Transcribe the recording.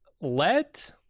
let